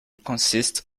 consists